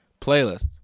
playlist